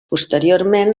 posteriorment